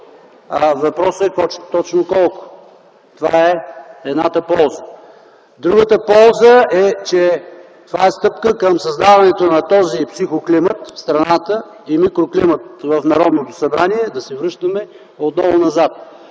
Въпросът е: точно колко? Това е едната полза. Другата полза е, че това е стъпка към създаването на този психоклимат в страната и микроклимат в Народното събрание да се връщаме отново назад.